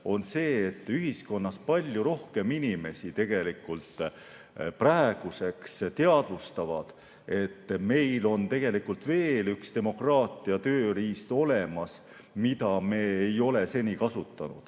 on see, et ühiskonnas palju rohkem inimesi praeguseks teadvustavad, et meil on olemas veel üks demokraatia tööriist, mida me ei ole seni kasutanud.